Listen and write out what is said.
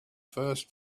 first